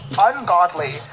ungodly